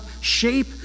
shape